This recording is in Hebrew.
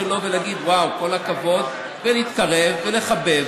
שלו ולהגיד: וואו, כל הכבוד, ולהתקרב, ולחבב.